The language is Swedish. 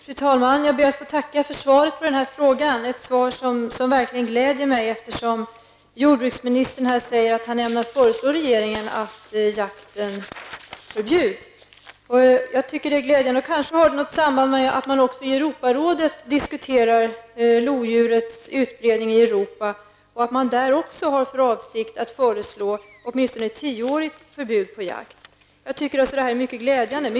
Fru talman! Jag ber att få tacka för svaret på min fråga. Det var ett svar som verkligen gläder mig, eftersom jordbruksministern ämnar föreslå regeringen att denna jakt förbjuds. Det har kanske något samband med att man också i Europarådet diskuterar lodjurets utbredning i Europa. Också där har man för avsikt att föreslå ett åtminstone tioårigt förbud mot jakt. Detta är således mycket glädjande.